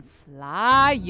fly